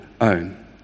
own